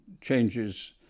changes